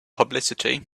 publicity